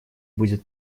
будет